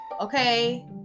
Okay